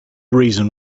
reason